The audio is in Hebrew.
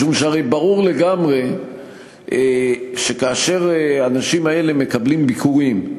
משום שברור לגמרי שכאשר האנשים האלה מקבלים ביקורים,